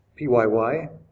PYY